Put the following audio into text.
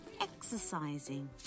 Exercising